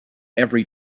every